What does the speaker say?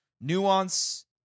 Nuance